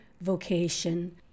vocation